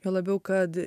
juo labiau kad